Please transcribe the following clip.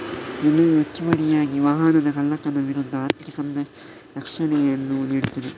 ವಿಮೆಯು ಹೆಚ್ಚುವರಿಯಾಗಿ ವಾಹನದ ಕಳ್ಳತನದ ವಿರುದ್ಧ ಆರ್ಥಿಕ ರಕ್ಷಣೆಯನ್ನು ನೀಡುತ್ತದೆ